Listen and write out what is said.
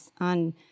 on